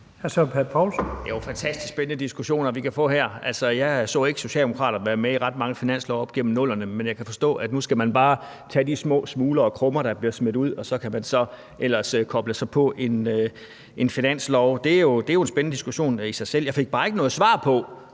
jo nogle fantastisk spændende diskussioner, vi kan få her. Altså, jeg så ikke Socialdemokraterne være med i ret mange finanslove op igennem 00'erne. Men jeg kan forstå, at nu skal man bare tage de små smuler og krummer, der bliver smidt ud, og så kan man ellers koble sig på en finanslov. Det er jo en spændende diskussion i sig selv. Jeg fik bare ikke noget svar på,